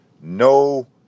no